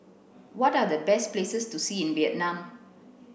what are the best places to see in Vietnam